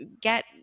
get